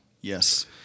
Yes